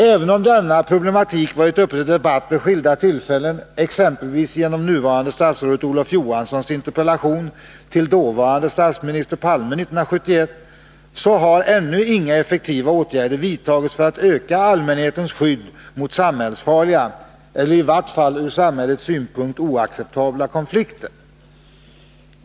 Även om denna problematik varit uppe till debatt vid skilda tillfällen — exempelvis genom nuvarande statsrådet Olof Johanssons interpellation till dåvarande statsministern Olof Palme 1971 — så har ännu inga effektiva åtgärder vidtagits för att öka allmänhetens skydd mot samhällsfarliga eller i vart fall ur samhällets synpunkt oacceptabla konflikter.